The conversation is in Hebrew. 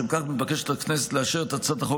לשם כך מתבקשת הכנסת לאשר את הצעת החוק